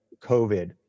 COVID